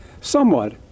Somewhat